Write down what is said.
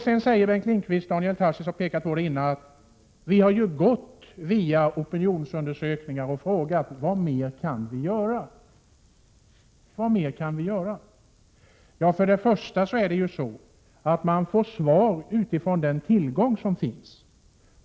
Sedan säger Bengt Lindqvist — vilket Daniel Tarschys redan har pekat på: ”Vi har ju frågat via opinionsundersökningar. Vad mer kan vi göra?” Man får svar med hänsyn till den tillgång som finns.